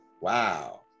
Wow